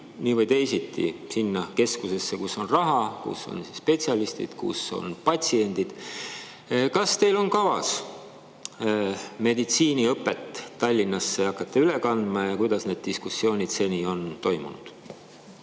nii või teisiti keskusesse, kus on raha, kus on spetsialistid, kus on patsiendid. Kas teil on kavas hakata meditsiiniõpet Tallinnasse üle kandma ja kuidas need diskussioonid seni on toimunud?